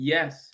Yes